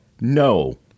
No